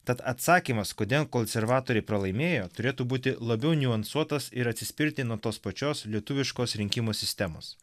tad atsakymas kodėl konservatoriai pralaimėjo turėtų būti labiau niuansuotas ir atsispirti nuo tos pačios lietuviškos rinkimų sistemos